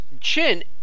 chin